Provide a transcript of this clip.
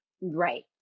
Right